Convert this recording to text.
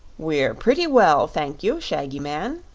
we're pretty well, thank you, shaggy man,